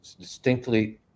distinctly